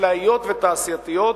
חקלאיות ותעשייתיות,